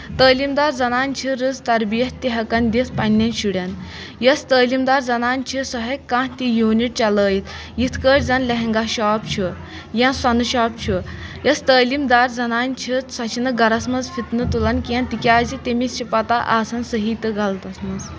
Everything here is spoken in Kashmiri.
تعلیٖم دار زَنان چھِ رٕژَ تربِیت تہِ ہٮ۪کان دِتھ پَنٕنٮ۪ن شُرٮ۪ن یۄس تعلیٖم دار زَنان چھِ سۄ ہٮ۪کہِ کانٛہہ تہِ یوٗنِٹ چٲیِتھ یِتھ کٲٹھۍ زَن لہنگا شاپ چھ یا سونہٕ شاپ چھُ یۄس تعلیٖم دار زَنان چھِ سۄ چھِ نہٕ گرس منٛز فِتنہٕ تُلان کیٚنٛہہ تِکیازِ تٔمِس چھِ پَتہ آسان صحیح تہٕ غلطس منٛز